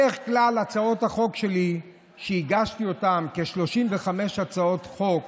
בדרך כלל הצעות החוק שלי, שהגשתי, כ-35 הצעות חוק,